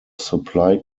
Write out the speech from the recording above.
supply